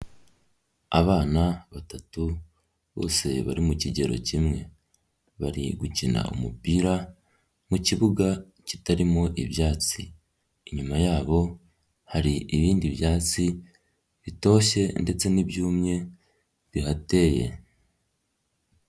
Abana batatu bose bari mu kigero kimwe bari gukina umupira mu kibuga kitarimo ibyatsi, inyuma yabo hari ibindi byatsi bitoshye ndetse n'ibyumye bihateye.